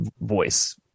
voice